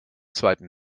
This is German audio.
zweiten